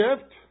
gift